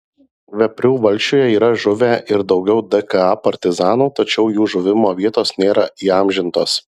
veprių valsčiuje yra žuvę ir daugiau dka partizanų tačiau jų žuvimo vietos nėra įamžintos